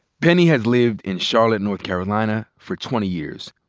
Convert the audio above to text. penny has lived in charlotte, north carolina, for twenty years.